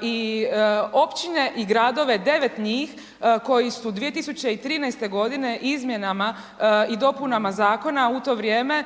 i Općine i Gradove, devet njih, koji su 2013. godine izmjenama i dopunama Zakona u to vrijeme,